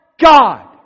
God